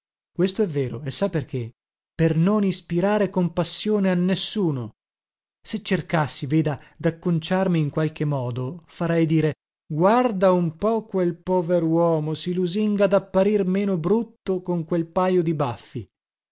questo è vero e sa perché per non ispirare compassione a nessuno se cercassi veda dacconciarmi in qualche modo farei dire guarda un po quel poveruomo si lusinga dapparir meno brutto con quel pajo di baffi